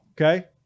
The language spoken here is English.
okay